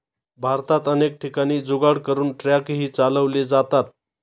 भारतात अनेक ठिकाणी जुगाड करून ट्रकही चालवले जातात